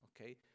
Okay